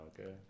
okay